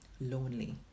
lonely